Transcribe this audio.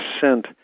sent